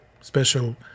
special